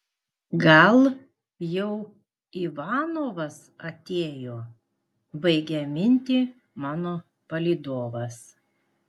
gal jau ivanovas atėjo baigia mintį mano palydovas